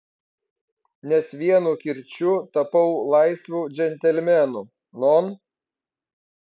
nes vienu kirčiu tapau laisvu džentelmenu non